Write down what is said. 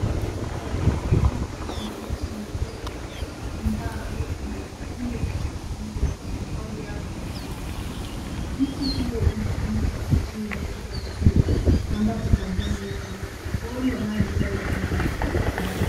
Anga ya samawati kuna mti mrefu ambao una kivuli kilichotengenezwa kwa matawi yake ambayo ni mengi. Mti huo unatumika kutibu kiasili ambapo majani yake inapopondwa maji hayo hutumika katika matibabu.